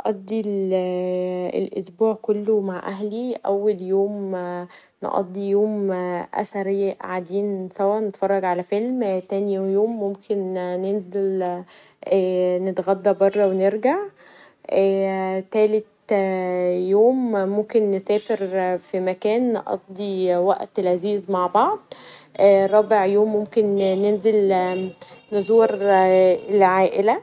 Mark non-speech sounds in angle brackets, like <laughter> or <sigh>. هقضي الاسبوع كله مع اهلي اول يوم نقضي يوم اسري قاعدين سوا نتفرج علي فيلم تاني يوم ممكن ننزل نتغدي برا و نرجع تالت يوم ممكن نسافر في مكان نقضي وقت لذيذ مع بعض رابع يوم <noise> ممكن ننزل نزور العائله